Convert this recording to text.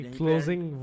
closing